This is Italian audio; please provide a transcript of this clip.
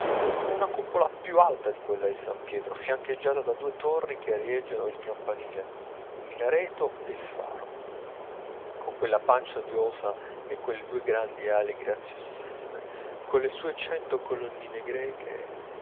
con una cupola più alta di quella di san pietro fiancheggiata da due torri che arieggiano il campanile il minareto ed il faro con quella pancia odiosa e quelle due grandi ali graziosissime colle sue cento colonnine greche